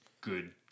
good